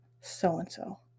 so-and-so